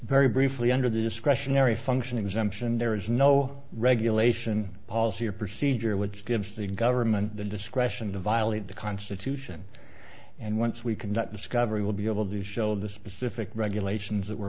very briefly under the discretionary function exemption there is no regulation policy or procedure which gives the government the discretion to violate the constitution and once we conduct discovery will be able to show the specific regulations that were